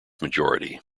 majority